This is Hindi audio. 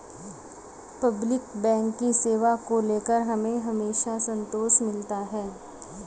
पब्लिक बैंक की सेवा को लेकर हमें हमेशा संतोष मिलता है